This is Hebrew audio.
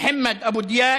מוחמד אבו דיאק,